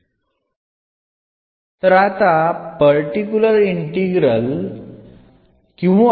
അതോടൊപ്പം നമുക്ക് ഒരു പർട്ടിക്കുലർ സൊലൂഷൻ കൂടി ആവശ്യമുണ്ട്